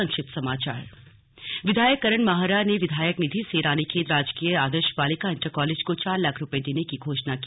संक्षिप्त समाचार विधायक करन माहरा ने विधायक निधि से रानीखेत राजकीय आदर्श बालिका इण्टर कालेज को चार लाख रुपये देने की घोषणा की